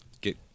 Get